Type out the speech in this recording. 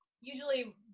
usually